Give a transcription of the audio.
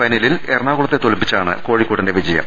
ഫൈനലിൽ എറണാകുളത്തെ തോൽപ്പിച്ചാണ് കോഴിക്കോടിന്റെ വിജയം